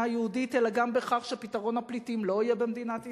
יהודית אלא גם בכך שפתרון הפליטים לא יהיה במדינת ישראל.